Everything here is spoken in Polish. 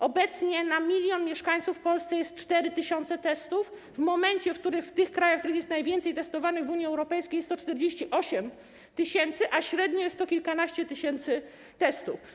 Obecnie na 1 mln mieszkańców w Polsce jest 4 tys. testów, w momencie, w którym w tych krajach, w których jest najwięcej testowanych w Unii Europejskiej, jest to 48 tys., a średnio jest to kilkanaście tysięcy testów.